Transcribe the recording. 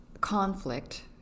conflict